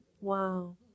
wow